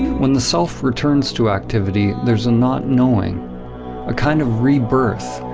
when the self returns to activity there's a not knowing a kind of rebirth,